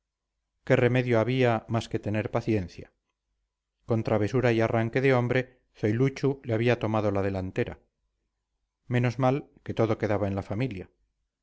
qué remedio había más que tener paciencia con travesura y arranque de hombre zoiluchu le había tomado la delantera menos mal que todo quedaba en la familia